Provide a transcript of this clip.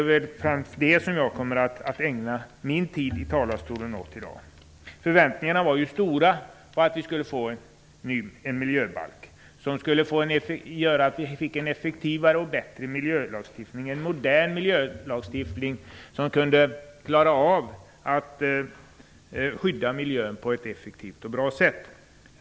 Den frågan kommer jag att ägna min taletid åt här i dag. Förväntningarna var stora att vi skulle få en miljöbalk som gjorde att vi fick en effektivare och bättre miljölagstiftning - en modern miljölagstiftning som kunde skydda miljön på ett effektivt och bra sätt.